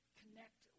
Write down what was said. connect